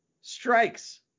strikes